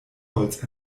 holz